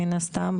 מן הסתם,